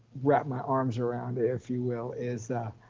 wrap my arms around, if you will is,